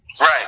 Right